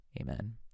Amen